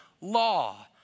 law